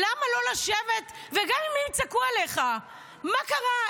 למה לא לשבת, גם אם יצעקו עליך, מה קרה?